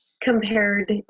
compared